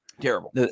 Terrible